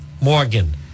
Morgan